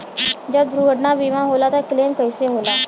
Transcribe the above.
जब दुर्घटना बीमा होला त क्लेम कईसे होला?